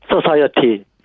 society